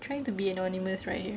trying to be anonymous right you